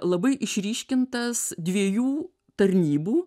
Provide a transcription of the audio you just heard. labai išryškintas dviejų tarnybų